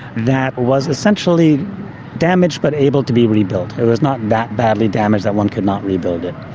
that was essentially damaged but able to be rebuilt it was not that badly damaged that one could not rebuild it.